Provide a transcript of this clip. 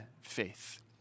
faith